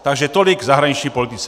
Takže tolik k zahraniční politice.